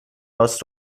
راست